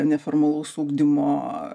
neformalaus ugdymo